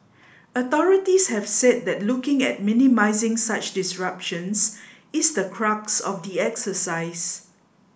authorities have said that looking at minimising such disruptions is the crux of the exercise